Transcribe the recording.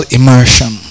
Immersion